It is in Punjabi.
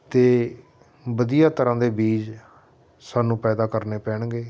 ਅਤੇ ਵਧੀਆ ਤਰ੍ਹਾਂ ਦੇ ਬੀਜ ਸਾਨੂੰ ਪੈਦਾ ਕਰਨੇ ਪੈਣਗੇ